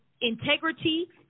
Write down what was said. integrity